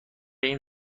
این